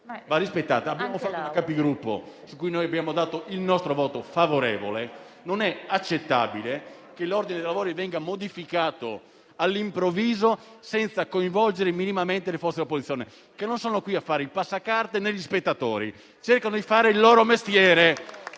va rispettata. In Conferenza dei Capigruppo noi abbiamo dato il nostro voto favorevole e non è accettabile che l'ordine dei lavori venga modificato all'improvviso, senza coinvolgere minimamente le forze di opposizione, che non sono qui a fare i passacarte, né gli spettatori, ma cercano di fare il loro mestiere.